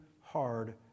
hard